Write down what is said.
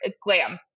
glam